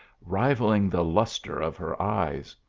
rivalling the lustre of her eyes.